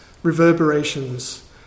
reverberations